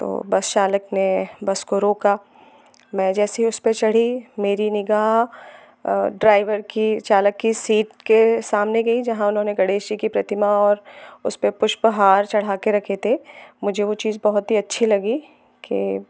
तो बस चालक ने बस को रोका मैं जैसे ही उस पर चढ़ी मेरी निगाह ड्राईवर की चालक की सीट के सामने गई जहाँ उन्होंने गणेश जी की प्रतिमा और उस पर पुष्पहार चढ़ा कर रखे थे मुझे वो चीज़ बहुत ही अच्छी लगी कि